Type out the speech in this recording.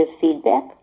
feedback